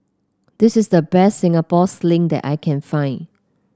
this is the best Singapore Sling that I can find